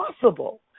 possible